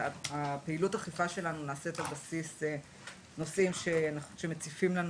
פעילות האכיפה שלנו נעשית על בסיס נושאים שמציפים לנו